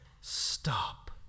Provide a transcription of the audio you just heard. stop